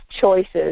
choices